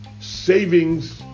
Savings